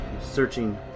searching